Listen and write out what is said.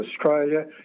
Australia